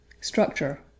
Structure